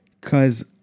Cause